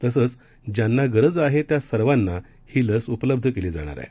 तसंच ज्यांना गरज आहे त्या सर्वांना ही लस उपलब्ध करण्यात येणार आहे